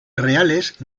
reales